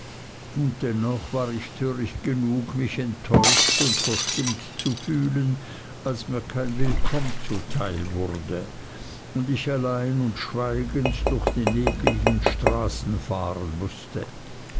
und dennoch war ich töricht genug mich enttäuscht und verstimmt zu fühlen als mir kein willkommen zuteil wurde und ich allein und schweigend durch die neblichten straßen fahren mußte